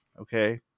okay